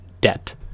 debt